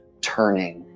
turning